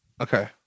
Okay